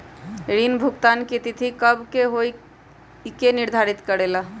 ऋण भुगतान की तिथि कव के होई इ के निर्धारित करेला?